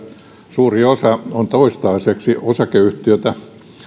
suuri osa on toistaiseksi osakeyhtiötä